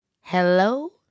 Hello